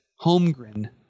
Holmgren